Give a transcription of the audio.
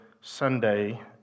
Sunday